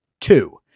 Two